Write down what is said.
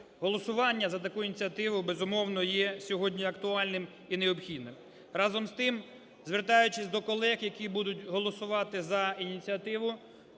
голосування за таку ініціативу, безумовно, є сьогодні актуальним і необхідним. Разом з тим, звертаючись до колег, які будуть голосувати за ініціативу,